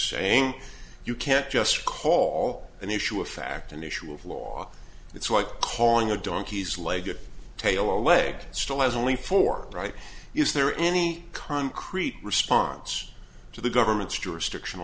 saying you can't just call an issue of fact an issue of law it's like calling a donkey's leg a tail a leg still as only for right is there any concrete response to the government's jurisdiction